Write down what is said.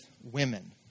women